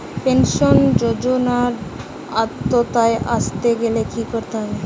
Pension যজোনার আওতায় আসতে গেলে কি করতে হবে?